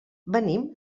venim